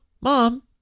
Mom